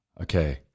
Okay